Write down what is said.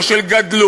לא של גדלות,